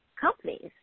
companies